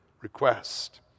request